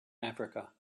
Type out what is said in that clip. africa